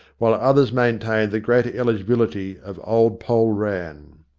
while others maintained the greater eligibility of old poll rann.